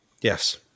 Yes